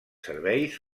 serveis